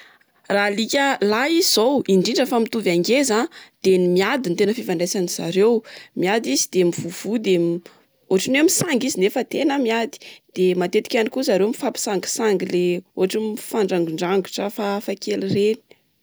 Raha alika lahy izy zao, indrindra fa mitovy hangeza a de ny miady ny tena fifandraisan'zareo miady izy de mivovoa de ohatrany hoe misangy izy nefa tena miady. De matetika ihany koa zareo mifampisangisangy le ohatrany mifandragindragitra hafahafa kely ireny.